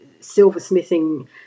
silversmithing